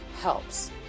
helps